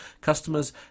customers